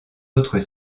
autres